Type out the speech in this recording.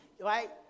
right